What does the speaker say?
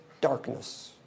Darkness